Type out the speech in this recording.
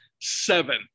Seven